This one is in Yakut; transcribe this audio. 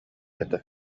этэ